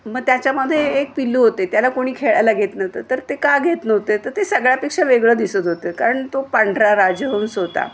मग त्याच्यामध्ये एक पिल्लू होते त्याला कोणी खेळायला घेत नव्हतं तर ते का घेत नव्हते त ते सगळ्यापेक्षा वेगळं दिसत होतं कारण तो पांढरा राजहंस होता